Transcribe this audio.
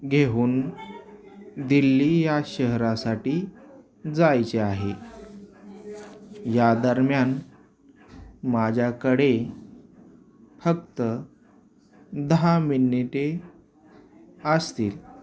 घेऊन दिल्ली या शहरासाठी जायचे आहे या दरम्यान माझ्याकडे फक्त दहा मिनिटे असतील